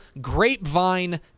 Grapevine